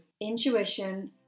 Intuition